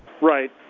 Right